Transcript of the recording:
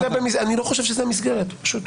שזאת המסגרת.